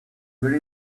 very